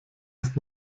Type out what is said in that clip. ist